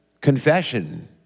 Confession